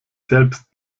selbst